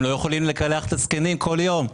הם לא יכולים לקלח את הזקנים כל יום,